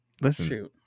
Listen